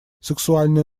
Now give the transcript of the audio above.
сексуальные